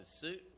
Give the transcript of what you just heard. suit